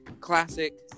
classic